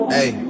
Hey